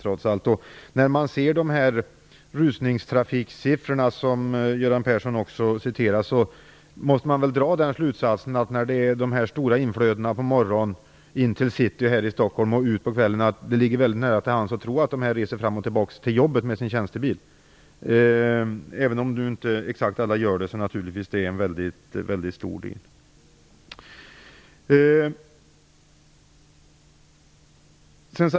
När man ser siffrorna gällande rusningstrafiken, som Göran Persson också nämnde, måste man väl dra slutsatsen att det stora inflödet in till Stockholms city på morgonen och ut ur staden på kvällen består av personer som reser fram och tillbaka till jobbet med sin tjänstebil. Även om naturligtvis inte alla gör det är det en mycket stor del.